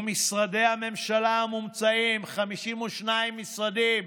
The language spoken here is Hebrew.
ומשרדי הממשלה המומצאים, 52 משרדים,